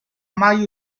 mai